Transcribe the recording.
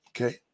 Okay